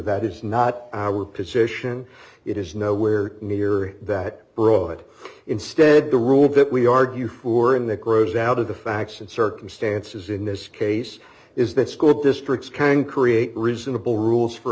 that is not our position it is nowhere near that broad instead the rule that we argue for in that prozac the facts and circumstances in this case is that school districts can create reasonable rules for